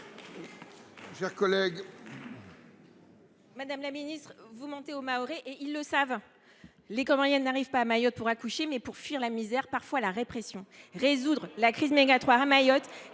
Madame la ministre, vous mentez aux Mahorais et ils le savent. Les Comoriennes n’arrivent pas à Mayotte pour accoucher, mais pour fuir la misère et parfois la répression. Résoudre la crise migratoire à Mayotte,